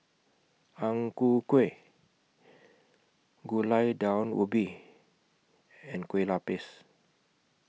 Ang Ku Kueh Gulai Daun Ubi and Kueh Lapis